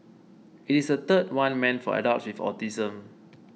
it is the third one meant for adults with autism